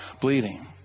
bleeding